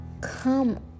Come